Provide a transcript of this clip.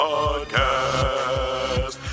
Podcast